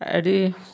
audio